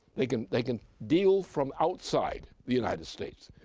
they can they can deal from outside the united states,